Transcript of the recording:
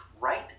right